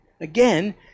Again